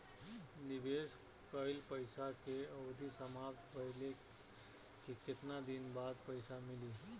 निवेश कइल पइसा के अवधि समाप्त भइले के केतना दिन बाद पइसा मिली?